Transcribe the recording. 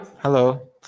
Hello